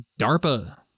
DARPA